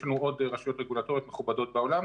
יש לנו עוד רשויות רגולטוריות מכובדות בעולם,